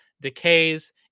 decays